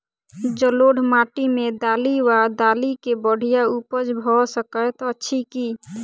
जलोढ़ माटि मे दालि वा दालि केँ बढ़िया उपज भऽ सकैत अछि की?